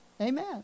Amen